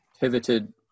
pivoted